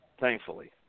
thankfully